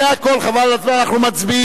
זה הכול, חבל על הזמן, אנחנו מצביעים.